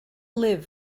liv